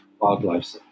wildlife